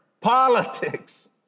Politics